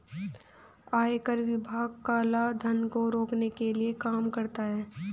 आयकर विभाग काला धन को रोकने के लिए काम करता है